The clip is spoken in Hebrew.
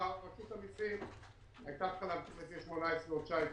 רשות המסים הייתה צריכה להמשיך לפי 18' או 19'